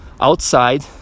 outside